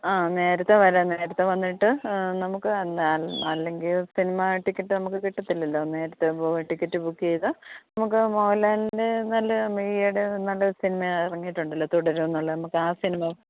ആ നേരത്തെ വരാം നേരത്തെ വന്നിട്ട് നമ്മൾക്ക് അല്ലെങ്കിൽ സിനിമാ ടിക്കെറ്റ് നമ്മൾക്ക് കിട്ടത്തില്ലല്ലോ നേരത്തെ പോയി ടിക്കെറ്റ് ബുക്ക് ചെയ്താൽ നമ്മൾക്ക് മോഹൻലാലിൻ്റെ നല്ല മീയയുടെ നല്ല സിനിമാ ഇറങ്ങിയിട്ടുണ്ടല്ലോ തുടരും എന്നുള്ളത് നമ്മൾക്ക് ആ സിനിമാ